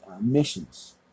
missions